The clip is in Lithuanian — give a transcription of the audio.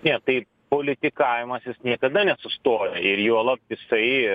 ne tai politikavimas jis niekada nesustoja ir juolab jisai